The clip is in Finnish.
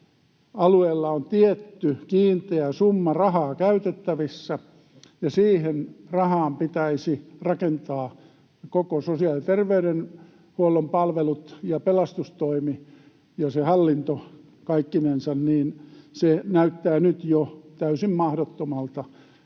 alueilla on tietty kiinteä summa rahaa käytettävissä, ja kun sillä rahalla pitäisi rakentaa koko sosiaali- ja terveydenhuollon palvelut ja pelastustoimi ja se hallinto kaikkinensa, niin se näyttää jo nyt täysin mahdottomalta.